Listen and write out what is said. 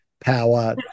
power